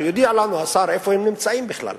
שיודיע לנו השר איפה הם נמצאים בכלל.